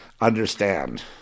understand